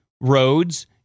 roads